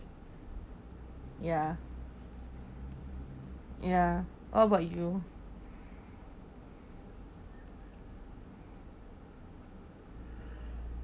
ya ya what about you